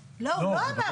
לא, הוא לא אמר את זה.